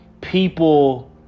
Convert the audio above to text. people